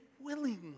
willingly